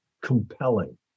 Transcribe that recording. compelling